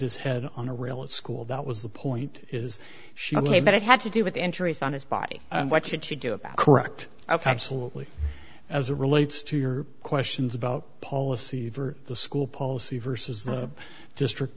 his head on a rail at school that was the point is she ok but it had to do with injuries on his body and what should she do about correct ok actually as a relates to your questions about policy for the school policy versus the district